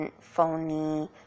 phony